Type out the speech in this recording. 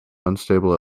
unstable